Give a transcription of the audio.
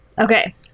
Okay